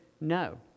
no